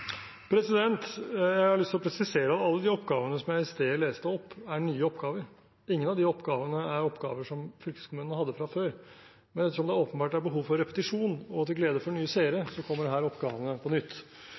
Jeg har lyst til å presisere at alle de oppgavene som jeg i sted leste opp, er nye oppgaver. Ingen av de oppgavene er oppgaver som fylkeskommunene hadde fra før. Men ettersom det åpenbart er behov for repetisjon – og til glede for nye